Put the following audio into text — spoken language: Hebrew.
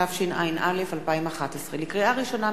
התשע”א 2011. לקריאה ראשונה,